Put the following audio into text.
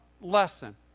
lesson